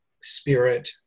spirit